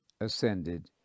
ascended